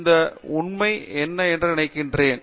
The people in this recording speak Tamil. ஆர் சக்ரவர்த்தி எனவே இது உண்மை என்று நான் நினைக்கிறேன்